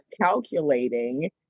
calculating